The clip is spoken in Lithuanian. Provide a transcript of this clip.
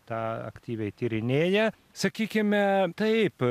tą aktyviai tyrinėja sakykime taip